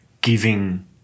giving